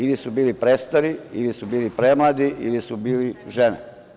Ili su bili prestari, ili su bili premladi ili su bili žene.